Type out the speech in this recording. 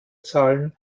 zahlen